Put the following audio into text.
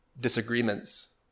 disagreements